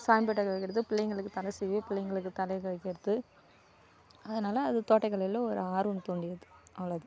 சாமி ஃபோட்டோக்கு வைக்கிறது பிள்ளைங்களுக்கு தலை சீவி பிள்ளைங்களுக்கு தலையில வைக்கிறது அதனால் அது தோட்டக்கலையில ஒரு ஆர்வம் தூண்டியது அவ்வளோ தான்